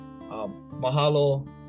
Mahalo